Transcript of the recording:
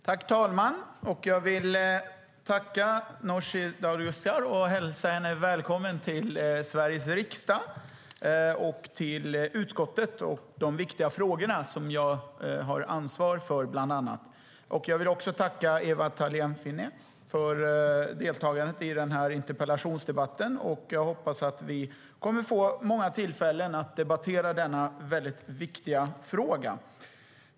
Herr talman! Jag vill tacka Nooshi Dadgostar och hälsa henne välkommen till Sveriges riksdag och till utskottet och de viktiga frågor som jag har ansvar för, bland annat. Jag vill också tacka Ewa Thalén Finné för deltagandet i den här interpellationsdebatten. Jag hoppas att vi kommer att få många tillfällen att debattera denna väldigt viktiga fråga.